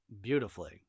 beautifully